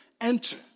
Enter